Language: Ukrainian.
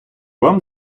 вам